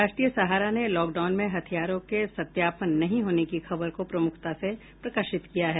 राष्ट्रीय सहारा ने lockdown में हथियारों के सत्यापन नहीं होने की खबर को प्रमुखता से प्रकाशित किया है